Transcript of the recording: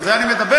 על זה אני מדבר.